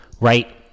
right